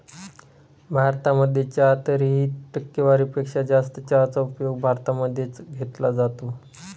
भारतामध्ये चहा तरीही, टक्केवारी पेक्षा जास्त चहाचा उपभोग भारतामध्ये च घेतला जातो